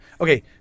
Okay